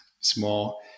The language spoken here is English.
small